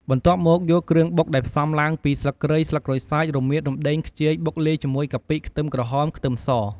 បន្ទាប់់មកយកគ្រឿងបុកដែលផ្សំឡើងពីស្លឹកគ្រៃ ស្លឹកក្រូចសើច រមៀត រំដេង ខ្ជាយ បុកលាយជាមួយកាពិ ខ្ទឹមក្រហម ខ្ទឹមស។